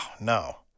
no